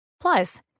Plus